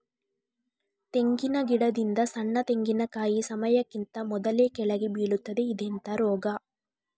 ತೆಂಗಿನ ಗಿಡದಿಂದ ಸಣ್ಣ ತೆಂಗಿನಕಾಯಿ ಸಮಯಕ್ಕಿಂತ ಮೊದಲೇ ಕೆಳಗೆ ಬೀಳುತ್ತದೆ ಇದೆಂತ ರೋಗ?